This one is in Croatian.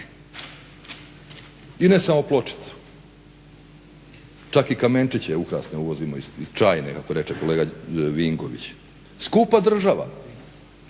I samo pločicu, čak i kamenčiće ukrasne uvozimo iz Chine kako je rekao kolega Vinković. Skupa država.